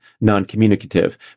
non-communicative